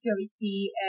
security